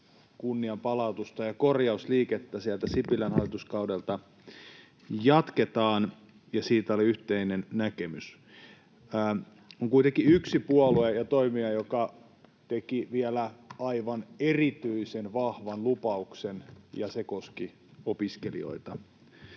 kunnianpalautusta ja korjausliikettä sieltä Sipilän hallituskaudelta jatketaan, ja siitä oli yhteinen näkemys. On kuitenkin yksi puolue ja toimija, joka teki vielä aivan erityisen vahvan lupauksen, ja se koski opiskelijoita.